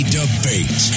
debate